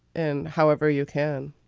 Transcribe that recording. and however you can